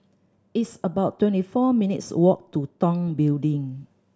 it's about twenty four minutes' walk to Tong Building